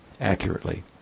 accurately